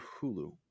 Hulu